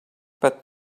but